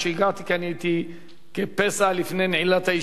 כי הייתי כפסע לפני נעילת הישיבה.